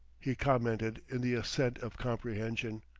he commented in the accent of comprehension.